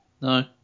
No